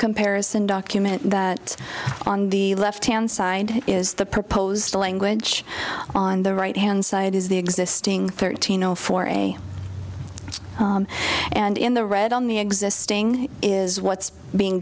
comparison document that on the left hand side is the proposed language on the right hand side is the existing thirteen zero four a and in the red on the existing is what's being